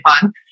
fun